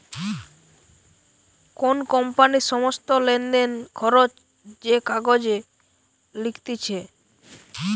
কোন কোম্পানির সমস্ত লেনদেন, খরচ যে কাগজে লিখতিছে